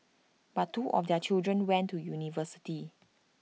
but two of their children went to university